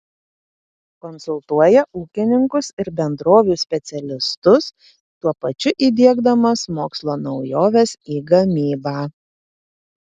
konsultuoja ūkininkus ir bendrovių specialistus tuo pačiu įdiegdamas mokslo naujoves į gamybą